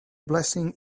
blessing